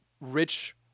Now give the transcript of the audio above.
rich